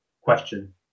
question